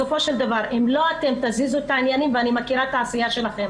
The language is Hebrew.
בסופו של דבר אם אתם לא תזיזו את העניינים ואני מכירה את העשייה שלכם